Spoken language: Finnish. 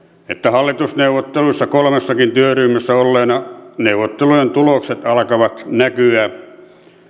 hallitusneuvotteluissa kolmessakin työryhmässä olleena että neuvottelujen tulokset alkavat näkyä